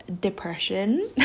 depression